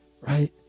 Right